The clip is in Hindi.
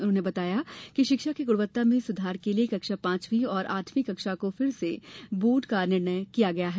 उन्होंने बताया कि शिक्षा की गुणवत्ता में सुधार के लिए कक्षा पांचवी और आठवीं कक्षा को पुनः बोर्ड परीक्षा का निर्णय लिया गया हैं